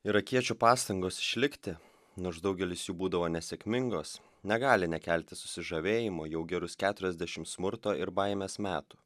irakiečių pastangos išlikti nors daugelis jų būdavo nesėkmingos negali nekelti susižavėjimo jau gerus keturiasdešimt smurto ir baimės metų